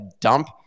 dump